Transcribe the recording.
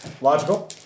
Logical